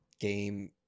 game